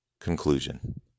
Conclusion